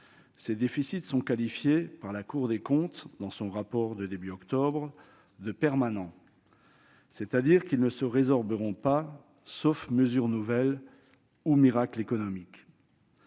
Ces déficits sont qualifiés par la Cour des comptes, dans son rapport du début d'octobre, de « permanents »; c'est-à-dire qu'ils ne se résorberont pas, sauf mesures nouvelles ou « miracle » économique.